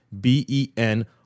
B-E-N